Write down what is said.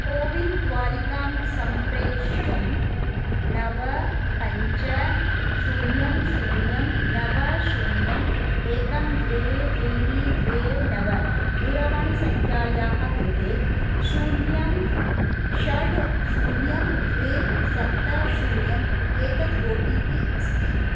CoWIN द्वारिकां सम्प्रवेष्टुं नव पञ्च शून्यं शून्यं नव शून्यम् एकं द्वे त्रीणि द्वे नव दूरवाणीसङ्ख्यायाः कृते शून्यं षड् शून्यं द्वे सप्त शून्यम् एतत् ओ टि पि अस्ति